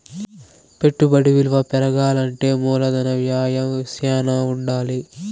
పెట్టుబడి విలువ పెరగాలంటే మూలధన వ్యయం శ్యానా ఉండాలి